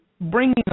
bringing